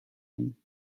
him